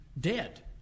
dead